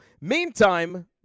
Meantime